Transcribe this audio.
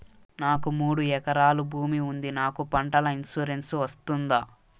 నాకు మూడు ఎకరాలు భూమి ఉంది నాకు పంటల ఇన్సూరెన్సు వస్తుందా?